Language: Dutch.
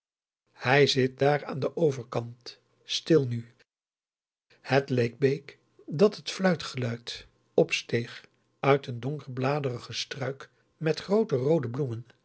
hij zit daar aan den overkant stil nu het leek bake dat het fluitegeluid opsteeg uit een donkerbladerigen struik met groote roode bloemen